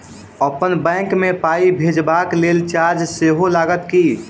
अप्पन बैंक मे पाई भेजबाक लेल चार्ज सेहो लागत की?